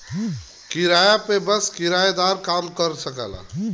किराया पे बस किराएदारे काम कर सकेला